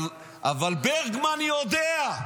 אבל ברגמן יודע.